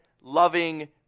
loving